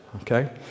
okay